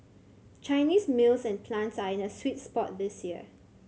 Chinese mills and plants are in a sweet spot this year